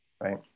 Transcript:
right